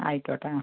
ആയിക്കോട്ടെ ആ